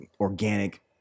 organic